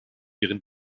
ihren